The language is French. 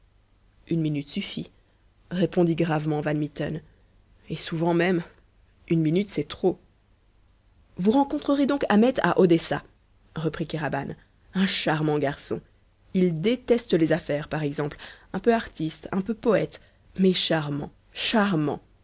une minute suffit répondit gravement van mitten et souvent même une minute c'est trop vous rencontrerez donc ahmet à odessa reprit kéraban un charmant garçon il déteste les affaires par exemple un peu artiste un peu poète mais charmant charmant